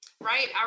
Right